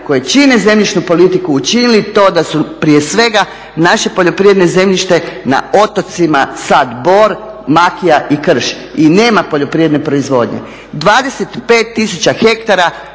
koje čine zemljišnu politiku učinili to da su prije svega naše poljoprivredno zemljište na otocima sad bor, makija i krš i nema poljoprivredne proizvodnje. 25000 hektara